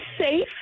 safe